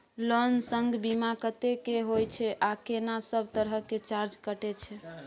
Loan संग बीमा कत्ते के होय छै आ केना सब तरह के चार्ज कटै छै?